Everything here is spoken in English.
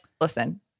listen